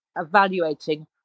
evaluating